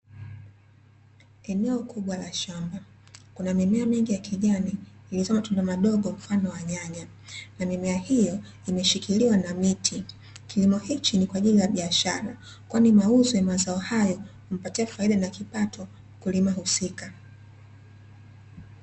Eneo kubwa la shamba. Kuna mimea mingi ya kijani iliyozaa matunda madogo mfano wa nyanya na mimea hiyo imeshikiliwa na miti. Kilimo hiki ni kwa ajili ya biashara, kwani mauzo ya mazao hayo humpatia faida na kipato mkulima husika.